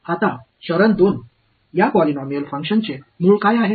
இப்போது படி 2 இந்த பாலினாமியல் செயல்பாட்டின் வேர்கள் யாவை